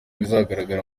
bizagaragara